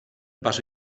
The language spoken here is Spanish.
paso